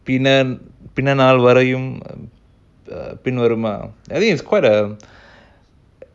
பிணநாள்வரையும்பின்வருமா:pinanaal varayum pinvaruma I think it's called